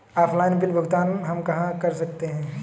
Offline bill भुगतान हम कहां कर सकते हैं?